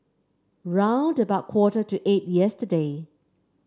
round about quarter to eight yesterday